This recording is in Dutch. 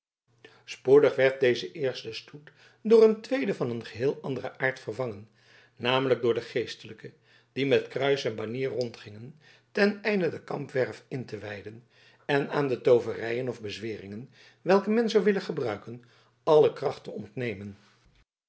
spoedig werd deze eerste stoet door een tweeden van een geheel anderen aard vervangen namelijk door de geestelijken die met kruis en banier rondgingen ten einde de kampwerf in te wijden en aan de tooverijen of bezweringen welke men zou willen gebruiken alle kracht te ontnemen